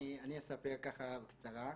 אני אספר בקצרה.